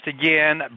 again